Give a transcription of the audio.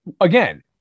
again